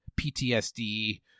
PTSD